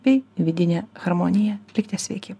bei vidinę harmoniją likite sveiki